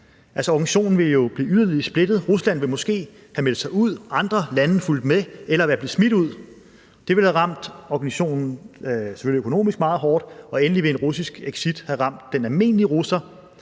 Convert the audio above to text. Organisationen ville jo være blevet yderligere splittet. Rusland ville måske have meldt sig ud, og andre lande var måske fulgt med, eller i hvert fald smidt ud. Det ville selvfølgelig have ramt organisation meget hårdt økonomisk, og endelig ville en russisk exit have ramt den almindelige russer,